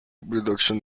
reduction